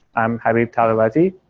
i'm habib talavatifard.